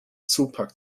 zupackt